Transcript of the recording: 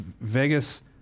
Vegas